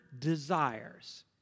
desires